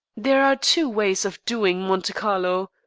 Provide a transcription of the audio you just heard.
there are two ways of doing monte carlo.